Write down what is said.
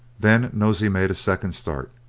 then nosey made a second start,